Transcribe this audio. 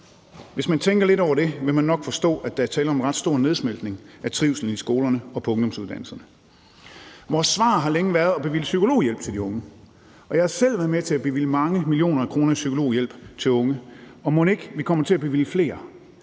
Hvis man tænker lidt over det, vil man nok forstå, at der er tale om en ret stor nedsmeltning af trivslen i skolerne og på ungdomsuddannelserne. Vores svar har længe været at bevilge psykologhjælp til de unge. Jeg har selv været med til at bevilge mange millioner af kroner til psykologhjælp for unge, og mon ikke vi kommer til at bevilge flere?